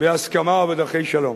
בהסכמה ובדרכי שלום.